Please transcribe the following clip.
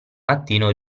mattino